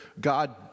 God